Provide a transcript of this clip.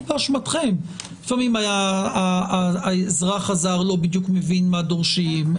באשמתכם כי לפעמים קורה שהאזרח הזר לא בדיוק מבין מה דורשים.